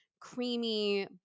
creamy